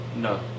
no